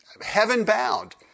heaven-bound